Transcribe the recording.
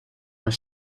are